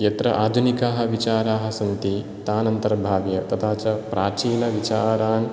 यत्र आधुनिकाः विचाराः सन्ति तान् अन्तर्भाव्य तथा च प्राचीनविचारान्